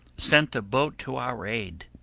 sent a boat to our aid.